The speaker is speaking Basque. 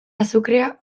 azukrea